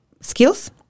skills